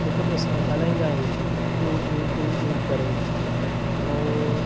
हिक ॿिए सां ॻाल्हाईंदा आहिनि गूं गूं गूं गूं करे ऐं